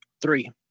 three